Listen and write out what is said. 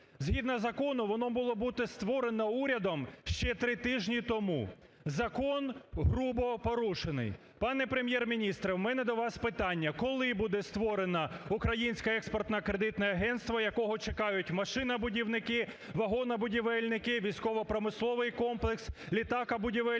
Згідно закону воно мало бути створене урядом ще три тижні тому. Закон грубо порушений. Пане Прем'єр-міністре, в мене до вас питання: коли буде створено Українське експортно-кредитне агентство, якого чекають машинобудівники, вагонобудівельники, військово-промисловий комплекс, літакобудівельники,